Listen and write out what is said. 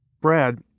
Brad